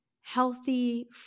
healthy